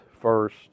first